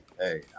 hey